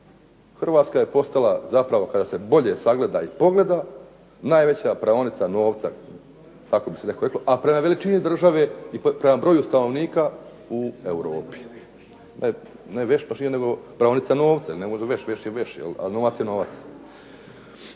Hrvatska je postala kada se zapravo sagleda i pogleda, najveća praonica novca tako bi se reklo. A prema veličini države i prema broju stanovnika u Europi. Ne veš mašina, nego praonica novca. Jel ne može veš. Veš je veš, a novac je novac.